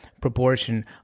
proportion